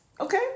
okay